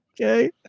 Okay